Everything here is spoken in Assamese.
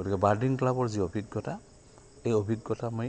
গতিকে বাৰ্ডিং ক্লাবৰ যি অভিজ্ঞতা এই অভিজ্ঞতা মই